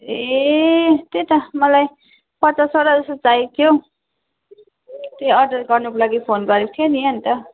ए त्यही त मलाई पचासवटा जस्तो चाहिएको थियो त्यो अर्डर गर्नुको लागि फोन गरेको थियो नि अनि त